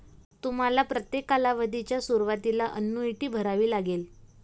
तुम्हाला प्रत्येक कालावधीच्या सुरुवातीला अन्नुईटी भरावी लागेल